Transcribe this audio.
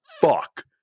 fuck